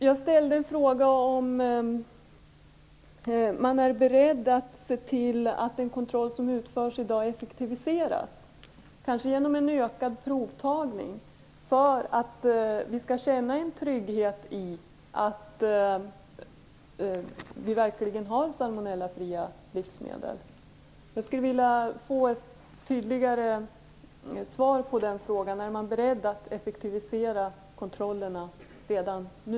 Jag ställde frågan om man är beredd att se till att den kontroll som utförs i dag kan effektiviseras, kanske genom en ökad provtagning, för att vi skall känna en trygghet i att verkligen ha salmonellafria livsmedel. Jag skulle vilja få ett tydligare svar på den frågan: Är man beredd att effektivisera kontrollerna redan nu?